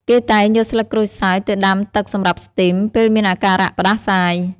គេតែងយកស្លឹកក្រូចសើចទៅដាំទឹកសម្រាប់ស្ទីម ពេលមានអាការៈផ្តាសាយ។